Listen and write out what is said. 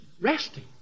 resting